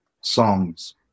songs